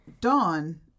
Dawn